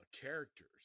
Characters